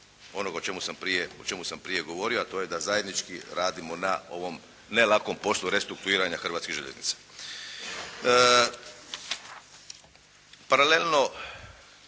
onoga o čemu sam prije govorio a to je da zajednički radimo na ovom ne lakom poslu restrukturiranja Hrvatskih željeznica. Paralelno